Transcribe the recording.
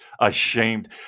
ashamed